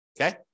Okay